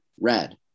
Red